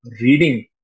reading